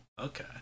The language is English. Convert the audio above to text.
okay